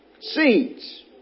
seeds